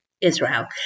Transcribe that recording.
Israel